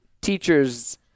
teachers